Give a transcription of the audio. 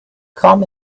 come